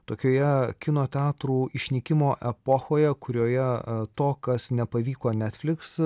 tokioje kino teatrų išnykimo epochoje kurioje to kas nepavyko netfliks